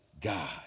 God